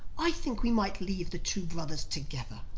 i think we might leave the two brothers together.